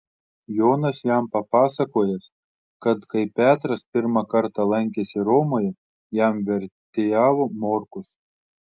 jonas jam papasakojęs kad kai petras pirmą kartą lankėsi romoje jam vertėjavo morkus